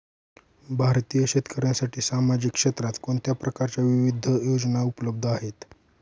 भारतीय शेतकऱ्यांसाठी सामाजिक क्षेत्रात कोणत्या प्रकारच्या विविध योजना उपलब्ध आहेत?